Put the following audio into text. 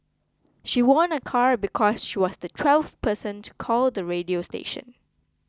she won a car because she was the twelfth person to call the radio station